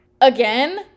Again